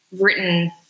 written